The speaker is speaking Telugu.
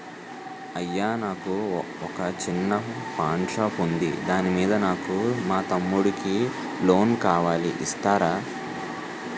అయ్యా నాకు వొక చిన్న పాన్ షాప్ ఉంది దాని మీద నాకు మా తమ్ముడి కి లోన్ కావాలి ఇస్తారా?